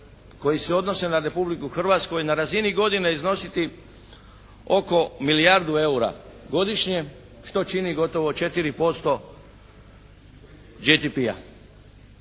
koji se odnose na Republiku Hrvatsku i na razini godine iznositi oko milijardu eura godišnje, što čini gotovo 4%